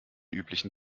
üblichen